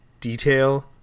detail